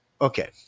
Okay